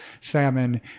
famine